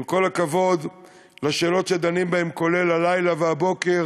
עם כל הכבוד לשאלות שדנים בהן, כולל הלילה והבוקר,